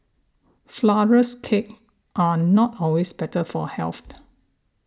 Flourless Cakes are not always better for health